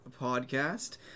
podcast